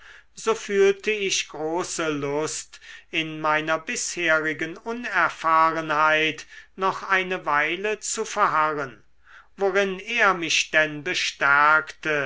so fühlte ich große lust in meiner bisherigen unerfahrenheit noch eine weile zu verharren worin er mich denn bestärkte